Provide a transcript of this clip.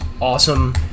awesome